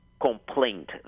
complaint